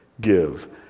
give